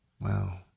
Wow